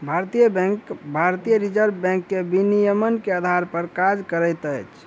भारतीय बैंक भारतीय reserve bank के विनियमन के आधार पर काज करैत अछि